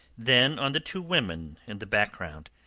then on the two women in the background,